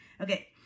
okay